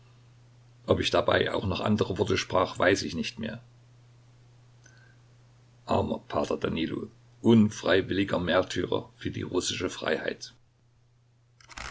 ob ich dabei auch noch andere worte sprach weiß ich nicht mehr armer p danilo unfreiwilliger märtyrer für die russische freiheit